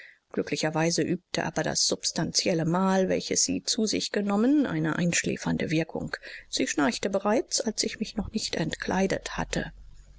glücklicherweise übte aber das substantielle mahl welches sie zu sich genommen eine einschläfernde wirkung sie schnarchte bereits als ich mich noch nicht entkleidet hatte